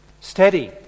Steady